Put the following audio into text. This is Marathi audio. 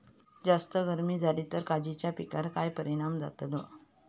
जास्त गर्मी जाली तर काजीच्या पीकार काय परिणाम जतालो?